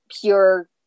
pure